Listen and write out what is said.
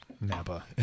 Napa